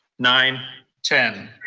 nine, ten.